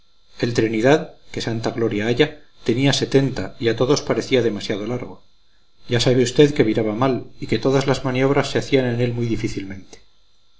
el trinidad que santa gloria haya tenía setenta y a todos parecía demasiado largo ya sabe usted que viraba mal y que todas las maniobras se hacían en él muy difícilmente